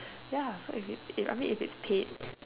ya I mean if it's paid